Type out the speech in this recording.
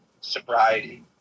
sobriety